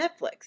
Netflix